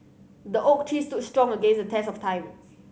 the oak tree stood strong against the test of time